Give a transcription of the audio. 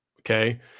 okay